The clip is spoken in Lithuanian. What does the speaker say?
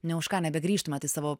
ne už ką nebegrįžtumėt į savo